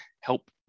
help